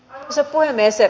arvoisa puhemies